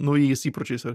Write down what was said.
naujais įpročiais ir